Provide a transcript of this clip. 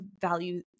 value